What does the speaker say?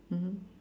mmhmm